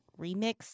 Remix